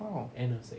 orh